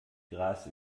gras